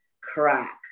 crack